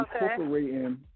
incorporating